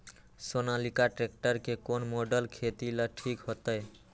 Sonalika tractor के कौन model खेती ला ठीक होतै?